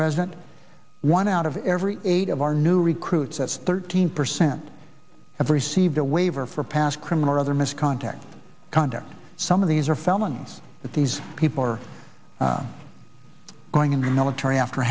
president one out of every eight of our new recruits that's thirteen percent have received a waiver for past criminal rather missed contact conduct some of these are felonies that these people are going in the military after